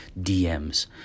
DMs